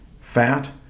fat